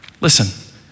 Listen